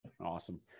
Awesome